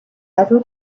ever